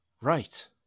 right